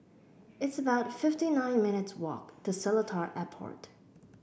it's about fifty nine minutes' walk to Seletar Airport